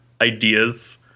ideas